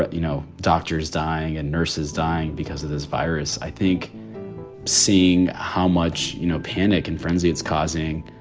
but you know, doctors dying and nurses dying because of this virus. i think seeing how much, you know, panic and frenzy it's causing,